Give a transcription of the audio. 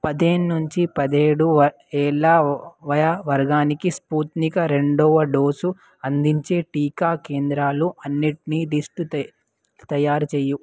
పదిహేను నుంచి పదిహేడు ఏళ్ళ వయా వర్గానికి స్పుత్నిక్ రెండవ డోసు అందించే టీకా కేంద్రాలు అన్నిటినీ లిస్టు తయారుచేయు